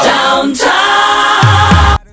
Downtown